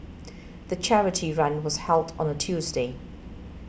the charity run was held on a Tuesday